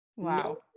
Wow